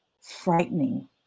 frightening